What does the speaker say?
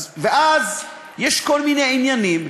ואז יש כל מיני עניינים